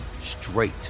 straight